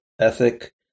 ethic